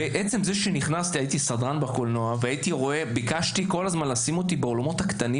הייתי סדרן בקולנוע וביקשתי לשים אותי באולמות הקטנים